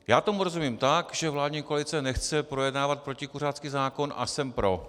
Já tomu rozumím tak, že vládní koalice nechce projednávat protikuřácký zákon, a jsem pro.